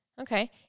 Okay